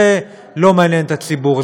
זה לא מעניין את הציבור.